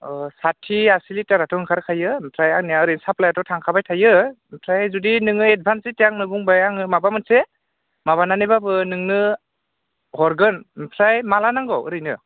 अ साथि आसि लिटाराथ' ओंखारखायो ओमफ्राय आंनिया ओरैनो साप्लायाथ' थांखाबाय थाखायो ओमफ्राय जुदि नोङो एडभान्स जितिया आंनो बुंबाय आङो माबा मोनसे माबानानैब्लाबो नोंनो हरगोन ओमफ्राय माला नांगौ ओरैनो